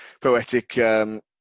poetic